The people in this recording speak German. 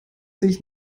sich